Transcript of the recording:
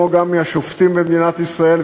וגם מהשופטים במדינת ישראל,